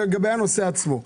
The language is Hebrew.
לנושא עצמו.